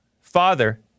father